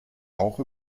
auch